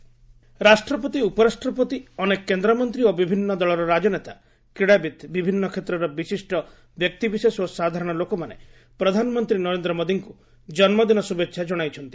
PM birthday wish ରାଷ୍ଟ୍ରପତି ଉପରାଷ୍ଟ୍ରପତି ଅନେକ କେନ୍ଦ୍ରମନ୍ତ୍ରୀ ଓ ବିଭିନ୍ନ ଦଳର ରାଜନେତା କ୍ରୀଡ଼ାବିତ୍ ବିଭିନ୍ନ କ୍ଷେତ୍ରର ବିଶିଷ୍ଟ ବ୍ୟକ୍ତିବିଶେଷ ଓ ସାଧାରଣ ଲୋକମାନେ ପ୍ରଧାନମନ୍ତ୍ରୀ ନରେନ୍ଦ୍ର ମୋଦିଙ୍କୁ ଜନ୍ମଦିନ ଶୁଭେଛା ଜଣାଇଛନ୍ତି